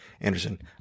Anderson